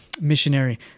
missionary